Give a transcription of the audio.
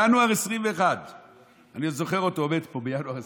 ינואר 2021. אני זוכר אותו עומד פה בינואר 2021: